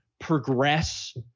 progress